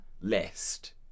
list